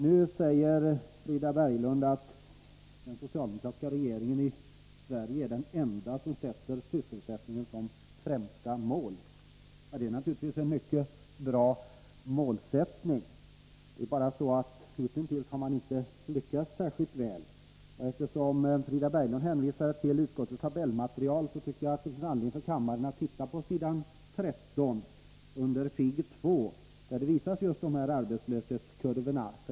Nu säger Frida Berglund att den socialdemokratiska regeringen i Sverige är den enda regering som sätter sysselsättningen som det främsta målet. Det är naturligtvis en mycket bra målsättning. Det är bara så att hitintills har man inte lyckats särskilt väl. Eftersom Frida Berglund hänvisade till utskottsbetänkandets tabellmaterial, tycker jag det finns anledning för kammarens ledamöter att titta på fig. 2 på s. 13, som just visar arbetslöshetskurvor.